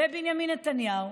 ובנימין נתניהו,